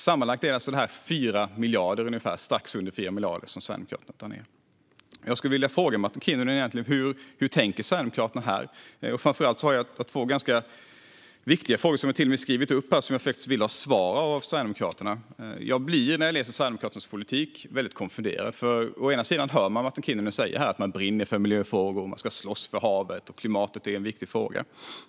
Sammanlagt är det alltså strax under 4 miljarder som Sverigedemokraterna drar ned. Jag skulle vilja fråga Martin Kinnunen: Hur tänker Sverigedemokraterna här? Framför allt har jag två ganska viktiga frågor som jag till och med har skrivit upp här och som jag faktiskt vill ha svar på av Sverigedemokraterna. När jag läser om Sverigedemokraternas politik blir jag väldigt konfunderad. Å ena sidan hör man Martin Kinnunen säga här att de brinner för miljöfrågor. De ska slåss för havet, och klimatet är en viktig fråga.